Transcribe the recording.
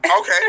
Okay